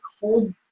cold